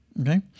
okay